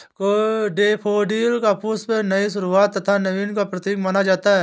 daffodil का पुष्प नई शुरुआत तथा नवीन का प्रतीक माना जाता है